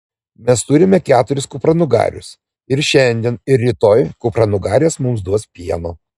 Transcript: mes turime keturis kupranugarius ir šiandien ir rytoj kupranugarės mums duos pieno